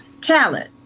talent